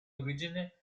origine